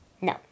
No